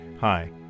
Hi